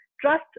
trust